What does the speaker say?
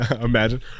imagine